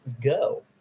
go